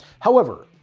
however,